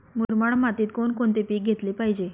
मुरमाड मातीत कोणकोणते पीक घेतले पाहिजे?